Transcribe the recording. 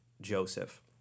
Joseph